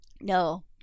No